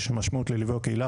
יש משמעות לליווי הקהילה,